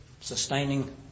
sustaining